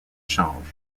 change